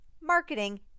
marketing